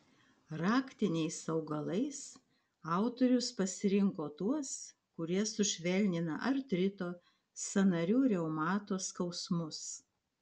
raktiniais augalais autorius pasirinko tuos kurie sušvelnina artrito sąnarių reumato skausmus